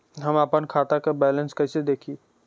हम आपन खाता क बैलेंस कईसे देखी?